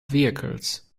vehicles